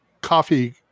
Coffee